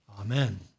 Amen